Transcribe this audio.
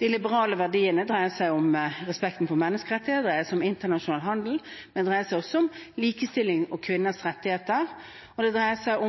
De liberale verdiene dreier seg om respekten for menneskerettigheter, det dreier seg om internasjonal handel, men det dreier seg også om likestilling og kvinners rettigheter, og det dreier seg